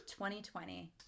2020